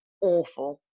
awful